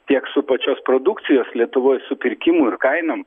tiek su pačios produkcijos lietuvoj supirkimu ir kainom